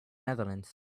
netherlands